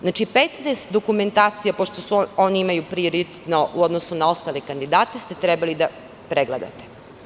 Znači, 15 dokumentacija, pošto oni imaju prioritet u odnosu na ostale kandidate, ste trebali da pregledate.